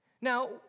Now